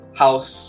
house